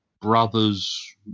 brothers